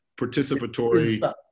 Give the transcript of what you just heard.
participatory